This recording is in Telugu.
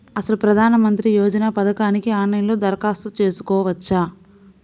అసలు ప్రధాన మంత్రి యోజన పథకానికి ఆన్లైన్లో దరఖాస్తు చేసుకోవచ్చా?